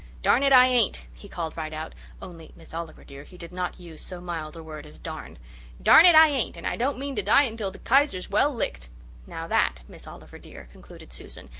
darn it, i ain't he called right out only, miss oliver, dear, he did not use so mild a word as darn' darn it, i ain't, and i don't mean to die until the kaiser is well licked now, that, miss oliver, dear, concluded susan,